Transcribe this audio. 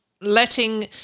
Letting